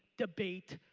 debate,